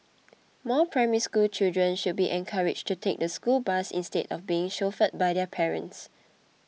more Primary School children should be encouraged to take the school bus instead of being chauffeured by their parents